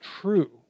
true